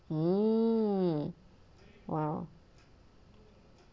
mm !wow!